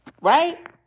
Right